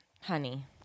honey